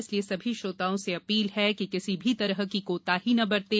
इसलिए सभी श्रोताओं से अपील है कि किसी भी तरह की कोताही न बरतें